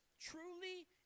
truly